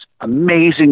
amazing